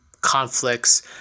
conflicts